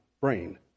brain